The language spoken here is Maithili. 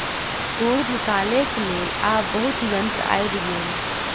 तूर निकालैक लेल आब बहुत यंत्र आइब गेल